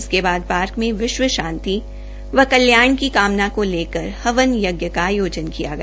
इसके बाद पार्क में विश्व शांति व कल्याण की कामना को लेकर हवन यज्ञ का आयोजन किया गया